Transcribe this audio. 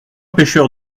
pêcheur